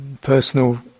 Personal